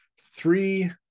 Three